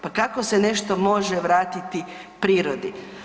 Pa kako se nešto može vratiti prirodi?